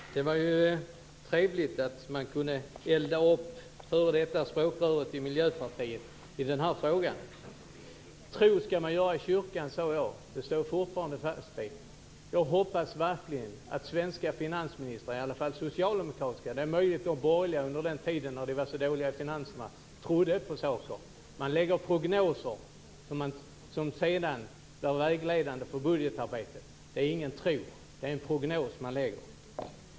Fru talman! Det var trevligt att jag kunde elda upp det f.d. språkröret i Miljöpartiet i den här frågan. Tro ska man göra i kyrkan, sade jag. Det står jag fortfarande fast vid. Det är möjligt att de borgerliga finansministrarna trodde på saker under den tiden när finanserna var så dåliga, men jag hoppas att det inte gäller för socialdemokratiska finansministrar. Man lägger prognoser som sedan blir vägledande för budgetarbetet. Det handlar inte om tro. Det är en prognos man lägger.